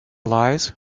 lies